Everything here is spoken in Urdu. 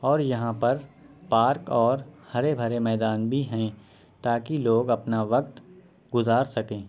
اور یہاں پر پارک اور ہرے بھرے میدان بھی ہیں تاکہ لوگ اپنا وقت گزار سکیں